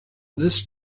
this